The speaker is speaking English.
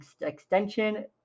extension